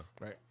Right